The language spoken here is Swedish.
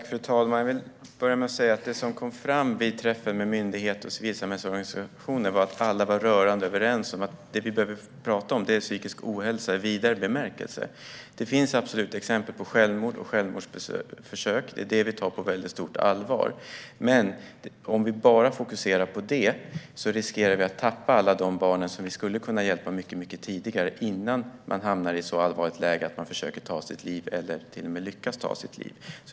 Fru talman! Jag vill börja med att säga att det som kom fram vid träffen med myndigheter och civilsamhällets organisationer var att alla var rörande överens om att det vi behöver prata om är psykisk ohälsa i vidare bemärkelse. Det finns absolut exempel på självmord och självmordsförsök. Det tar vi på väldigt stort allvar. Men om vi bara fokuserar på det riskerar vi att tappa alla de barn som vi skulle kunna hjälpa mycket tidigare innan de hamnar i ett så allvarligt läge att de försöker ta sitt liv eller till och med lyckas ta sitt liv.